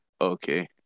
Okay